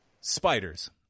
spiders